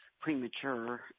premature